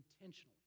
intentionally